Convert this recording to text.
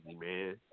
man